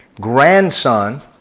grandson